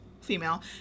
female